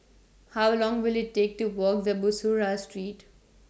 How Long Will IT Take to Walk The Bussorah Street